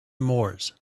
moors